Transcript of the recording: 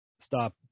stop